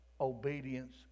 obedience